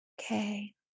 Okay